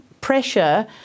pressure